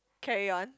carry on